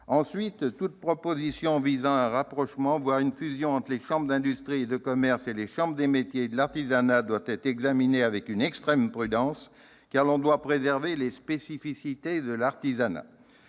Ensuite, toute proposition visant à un rapprochement, voire à une fusion entre les chambres de commerce et d'industrie et les chambres de métiers et de l'artisanat doit être examinée avec une extrême prudence, car l'on doit préserver les spécificités de l'artisanat.